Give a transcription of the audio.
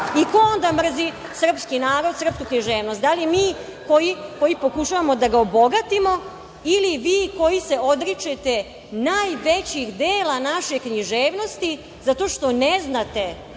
ko onda mrzi srpski narod, srpsku književnost, da li mi koji pokušavamo da ga obogatimo ili vi koji se odričete najvećih dela naše književnosti zato što ne znate